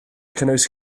cynnwys